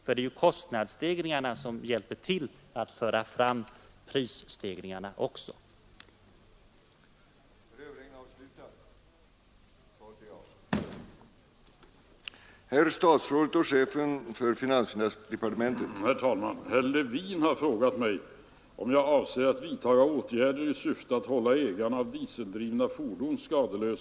De obevekliga kostnadsstegringarna är en viktig orsak till de allt värre prisstegringarna och där måste det nu blir ett resolut stopp när det gäller statens övervältringar.